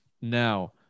Now